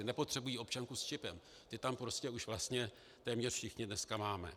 Nepotřebují občanku s čipem, ty tam prostě už vlastně téměř všichni dneska máme.